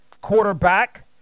Quarterback